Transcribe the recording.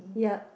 yup